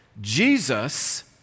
Jesus